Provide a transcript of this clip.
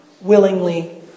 willingly